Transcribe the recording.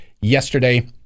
yesterday